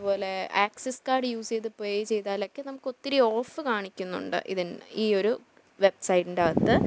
അതുപോലെ Axis card use ചെയ്ത് pay ചെയ്താലൊക്കെ നമുക്ക് ഒത്തിരി ഓഫ് കാണിക്കുന്നുണ്ട് ഇതി ഈയൊരു വെബ്സൈറ്റിന്റകത്ത്